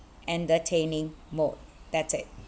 entertaining mode that's it